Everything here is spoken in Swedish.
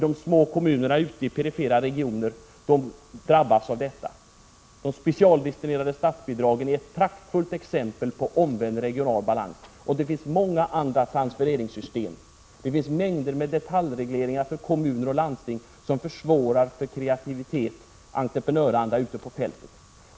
De små kommunerna ute i perifera regioner drabbas av detta. De specialdestinerade statsbidragen är ett praktfullt exempel på omvänd regional balans. Det finns många andra transfereringssystem. Det finns mängder av detaljregleringar för kommuner och landsting som försvårar kreativitet och entreprenöranda ute på fältet.